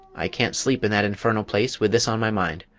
i can't sleep in that infernal place with this on my mind.